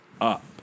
up